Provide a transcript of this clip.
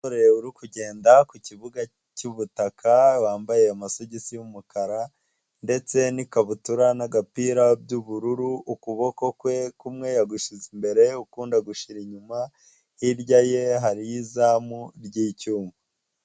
Umuntu uri kugenda ku kibuga cy'ubutaka wambaye amasogisi y'umukara ndetse n'ikabutura n'agapira by'ubururu, ukuboko kwe kumwe gushyize imbere ukunda gushyira inyuma hirya ye hariyo izamu ry'icyuma.